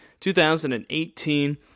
2018